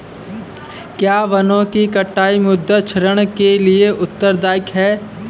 क्या वनों की कटाई मृदा क्षरण के लिए उत्तरदायी है?